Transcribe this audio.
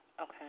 Okay